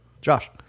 josh